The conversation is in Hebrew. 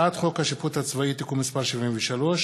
הצעת חוק השיפוט הצבאי (תיקון מס' 73),